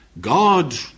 God